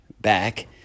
back